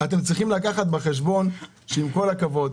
צריכים לקחת בחשבון שעם כל הכבוד,